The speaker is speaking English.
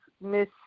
Miss